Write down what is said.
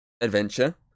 adventure